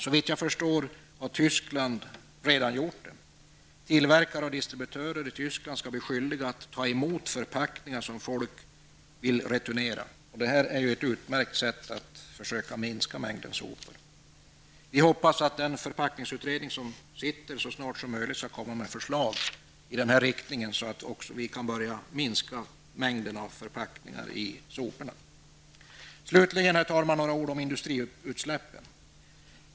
Såvitt jag förstår har Tyskland redan gjort detta. Tillverkare och distributörer i Tyskland skall bli skyldiga att ta emot förpackningar som människor vill returnera. Detta är ett utmärkt sätt att försöka minska mängden sopor. Vi hoppas att den förpackningsutredning som är tillsatt så snart som möjligt skall komma med förslag i denna riktning så att också vi i Sverige kan minska mängden förpackningar i soporna. Herr talman! Slutligen några ord om industriutsläppen.